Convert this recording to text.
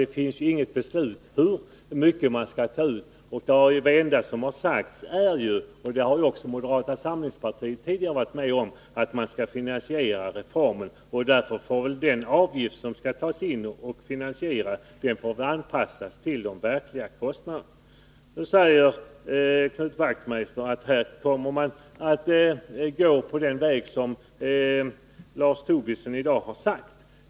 Det finns ju inget beslut om hur mycket man skall ta ut, utan det enda som har sagts — och det har också moderata samlingspartiet tidigare varit med om — är ju att man skall finansiera reformen. Därför får den avgift som skall tas ut för finansieringen anpassas till de verkliga kostnaderna. Nu säger Knut Wachtmeister att man i hans parti kommer att följa den väg som Lars Tobisson i dag har talat om.